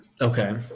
okay